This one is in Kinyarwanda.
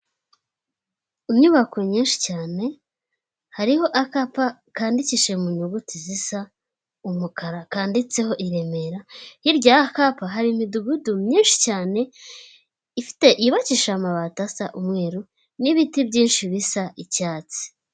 Inyubako nyinshi cyane hariho akapa kandikishije mu nyuguti zisa umukara kandiditseho i Remera, hirya y'aka kapa hari imidugudu myinshi cyane yubakishije amabati asa umweru n'ibiti byinshi bisaicyatsi.